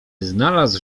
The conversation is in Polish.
znalazł